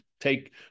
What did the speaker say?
take